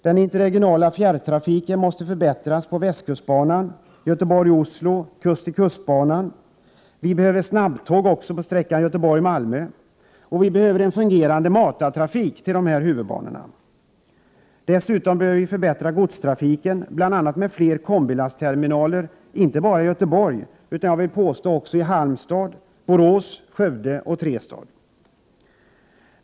Den interregionala fjärrtrafiken måste förbättras på västkustbanan, på sträckan Göteborg-Oslo och på kust-till-kust-banan. Vi behöver snabbtåg även på sträckan Göteborg Malmö, och vi behöver en fungerande matartrafik till huvudbanorna. Dessutom behöver vi förbättra godstrafiken, bl.a. med fler kombilastterminaler, inte bara i Göteborg utan också i Halmstad, Borås, Skövde och Trestad.